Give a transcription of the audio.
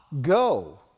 go